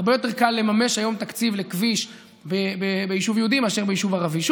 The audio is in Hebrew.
הרבה יותר קל לממש היום תקציב לכביש ביישוב יהודי מאשר ביישוב ערבי,